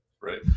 right